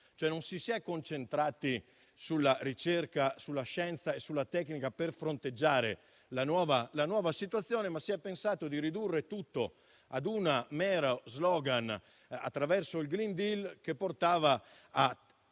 Non ci si è concentrati sulla ricerca, sulla scienza e sulla tecnica per fronteggiare la nuova situazione, ma si è pensato di ridurre tutto ad un mero slogan, attraverso il *green deal*, che portava a